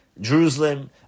Jerusalem